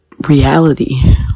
reality